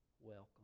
welcome